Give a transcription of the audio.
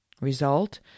result